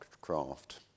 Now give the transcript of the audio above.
craft